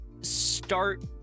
start